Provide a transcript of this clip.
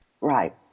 Right